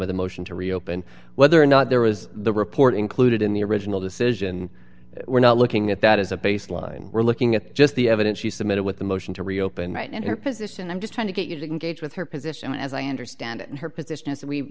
of the motion to reopen whether or not there was the report included in the original decision we're not looking at that as a baseline we're looking at just the evidence you submitted with the motion to reopen right and her position i'm just trying to get you to engage with her position as i understand it and her position is